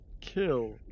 kill